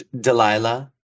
Delilah